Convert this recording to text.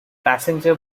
passenger